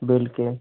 bell कर